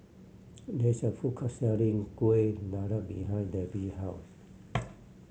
there is a food court selling Kueh Dadar behind Debbi house